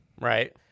Right